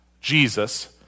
Jesus